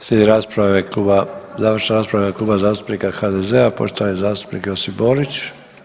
Slijedi završna rasprava u ime Kluba zastupnika HDZ-a, poštovani zastupnik Josip Borić.